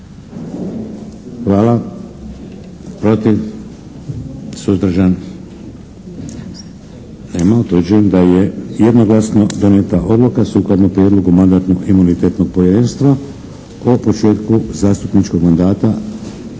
Hvala. Suzdržan? Utvrđujem da je jednoglasno donijeta odluka sukladno prijedlogu Mandatno-imunitetnog povjerenstva o početku zastupničkog mandata